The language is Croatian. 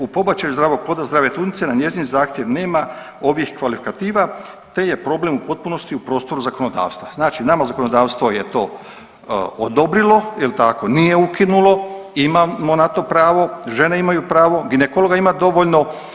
U pobačaju zdravog ploda zdrave trudnice na njezin zahtjev nema ovih kvalikativa, te je problem u potpunosti u prostoru zakonodavstva, znači nama zakonodavstvo je to odobrilo jel tako, nije ukinulo, imamo na to pravo, žene imaju pravo, ginekologa ima dovoljno.